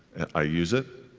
i use it,